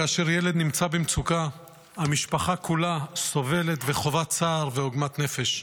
כאשר ילד נמצא במצוקה המשפחה כולה סובלת וחווה צער ועוגמת נפש.